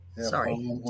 sorry